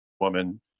woman